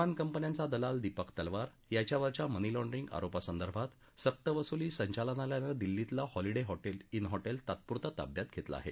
विमान कंपन्यांचा दलाल दीपक तलवार याच्यावरच्या मनीलाँड्रिंग आरोपासंदर्भात सक्तवसुली संचालनालयानं दिल्लीतलं हॉलिडे वि हॉटेल तात्पुरतं ताब्यात घेतलं आहे